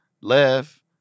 left